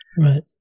right